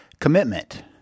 commitment